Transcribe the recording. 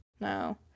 No